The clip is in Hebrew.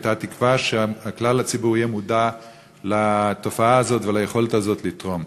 ואת התקווה שכלל הציבור יהיה מודע לתופעה הזו וליכולת הזו לתרום.